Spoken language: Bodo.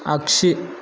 आगसि